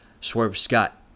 Swerve-Scott